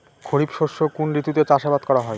খরিফ শস্য কোন ঋতুতে চাষাবাদ করা হয়?